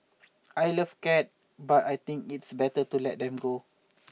I love cat but I think it's better to let them go